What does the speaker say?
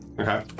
Okay